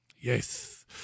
Yes